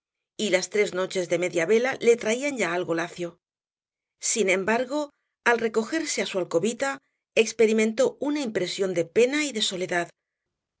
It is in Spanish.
y las tres noches de media vela le traían ya algo lacio sin embargo al recogerse á su alcobita experimentó una impresión de pena y de soledad